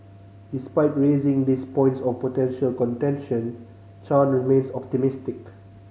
despite raising these points of potential contention Chan remains optimistic